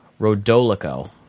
Rodolico